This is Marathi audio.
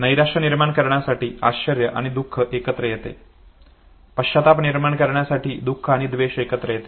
नैराश्य निर्माण करण्यासाठी आश्चर्य आणि दुख एकत्र येते पश्चात्ताप निर्माण करण्यासाठी दुख आणि द्वेष एकत्र येते